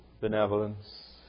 benevolence